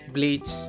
Bleach